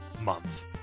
month